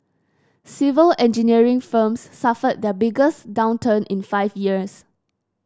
civil engineering firms suffered their biggest downturn in five years